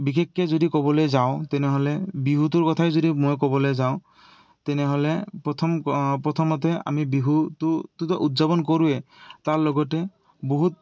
বিশেষকে যদি ক'বলে যাওঁ তেনেহ'লে বিহুটোৰ কথাই যদি মই ক'বলে যাওঁ তেনেহ'লে প্ৰথম প্ৰথমতে আমি বিহুটোতো উদযাপন কৰোঁৱে তাৰ লগতে বহুত